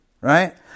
right